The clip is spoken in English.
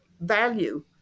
value